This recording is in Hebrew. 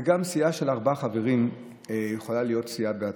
וגם סיעה של ארבעה חברים יכולה להיות סיעה בעצמה.